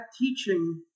teaching